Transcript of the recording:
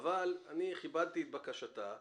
אבל אני כיבדתי את בקשתה.